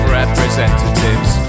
representatives